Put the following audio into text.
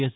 yes